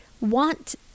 want